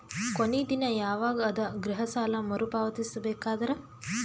ಕೊನಿ ದಿನ ಯವಾಗ ಅದ ಗೃಹ ಸಾಲ ಮರು ಪಾವತಿಸಬೇಕಾದರ?